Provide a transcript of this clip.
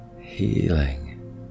healing